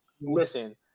listen